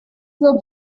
will